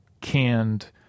canned